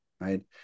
right